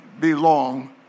belong